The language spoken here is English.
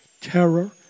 terror